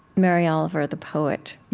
mary oliver, the poet,